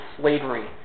slavery